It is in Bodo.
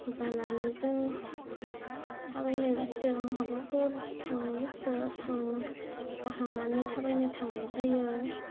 जानानै जों थाबायनो गोसो महाबाफोर थांनो गोसो जाखांनानै थाबायनो थांनाय जायो